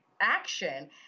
action